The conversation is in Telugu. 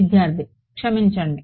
విద్యార్థి క్షమించండి